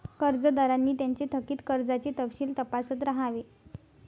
कर्जदारांनी त्यांचे थकित कर्जाचे तपशील तपासत राहावे